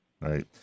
right